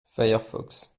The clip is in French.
firefox